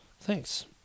Thanks